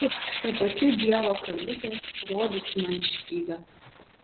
ta pati dievo karvutė rodžiusi man špygą